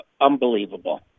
unbelievable